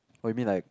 oh you mean like